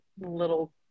little